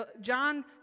John